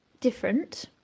different